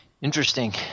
Interesting